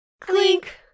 clink